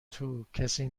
توکسی